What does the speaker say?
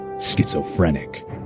schizophrenic